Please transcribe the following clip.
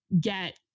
get